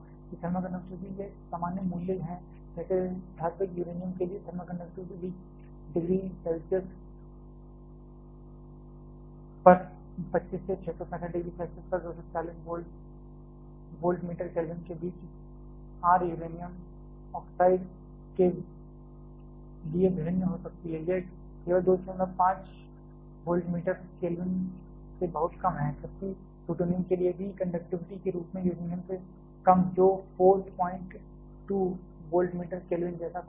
ये thermal conductivity के सामान्य मूल्य हैं जैसे धात्विक यूरेनियम के लिए थर्मल कंडक्टिविटी 20 डिग्री सेल्सियस पर 25 से 665 डिग्री सेल्सियस पर 240 वोल्टमीटर केल्विन के बीच र यूरेनियम ऑक्साइड के लिए भिन्न हो सकती है यह केवल 25 वोल्टमीटर केल्विन से बहुत कम है जबकि प्लूटोनियम के लिए भी कंडक्टिविटी के रूप में यूरेनियम से कम जो four point two voltmeter kelvin जैसा कुछ है